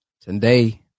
Today